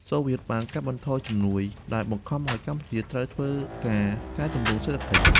សូវៀតបានកាត់បន្ថយជំនួយ ដែលបង្ខំឱ្យកម្ពុជាត្រូវធ្វើការកែទម្រង់សេដ្ឋកិច្ច។